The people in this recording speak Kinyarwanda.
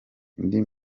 indi